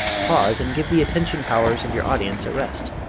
pause, and give the attention-powers of your audience a rest.